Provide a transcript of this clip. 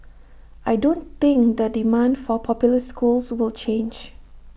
I don't think the demand for popular schools will change